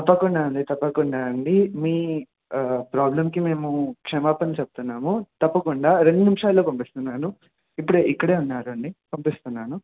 తప్పకుండా అండి తప్పకుండా అండి మీ ప్రాబ్లంకి మేము క్షమాపన చెప్తున్నాము తప్పకుండా రెండు నిమిషాల్లో పంపిస్తున్నాను ఇప్పుడే ఇక్కడే ఉన్నారండి పంపిస్తున్నాను